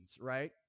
right